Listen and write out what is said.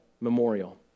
memorial